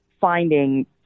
finding